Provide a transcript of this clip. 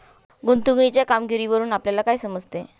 गुंतवणुकीच्या कामगिरीवरून आपल्याला काय समजते?